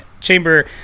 Chamber